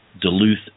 Duluth